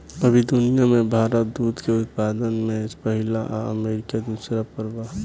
अभी दुनिया में भारत दूध के उत्पादन में पहिला आ अमरीका दूसर पर बा